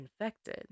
infected